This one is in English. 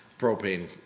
propane